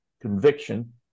conviction